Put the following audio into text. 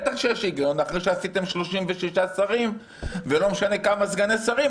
בטח שיש בו היגיון אחרי שעשיתם 36 שרים ולא משנה כמה סגני שרים,